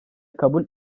kabul